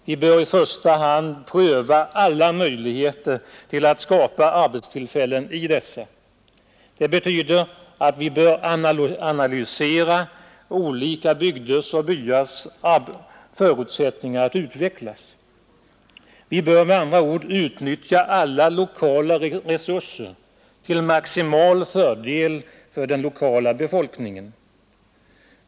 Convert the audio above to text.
Vi bör i första hand pröva alla möjligheter att skapa arbetstillfällen i dessa. Det betyder att vi bör analysera olika bygders och byars förutsättningar att utvecklas. Vi bör med andra ord utnyttja alla lokala resurser till maximal fördel för den lokala befolkningen.